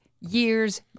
Years